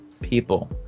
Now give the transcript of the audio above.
people